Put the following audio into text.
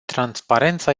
transparența